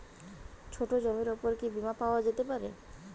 ছোট জমির উপর কি বীমা পাওয়া যেতে পারে?